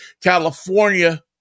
California